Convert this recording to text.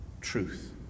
Truth